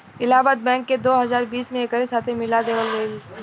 Allahabad bank के दो हजार बीस में एकरे साथे मिला देवल गईलस